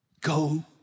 go